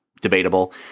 debatable